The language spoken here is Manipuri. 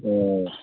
ꯎꯝ